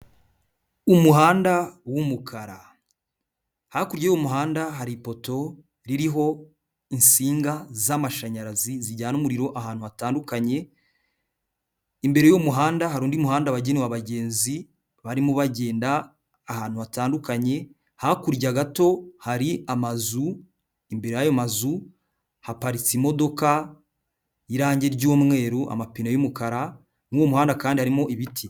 Umuhanda w'umukara, hakurya y'uwo muhanda hari ipoto ririho insinga z'amashanyarazi, zijyana umuriro ahantu hatandukanye, imbere y'uwo muhanda hari undi muhanda wagenewe abagenzi, barimo bagenda ahantu hatandukanye, hakurya gato hari amazu, imbere y'ayo mazu haparitse imodoka y'irangi ry'umweru, amapine y'umukara, muri uwo muhanda kandi harimo ibiti.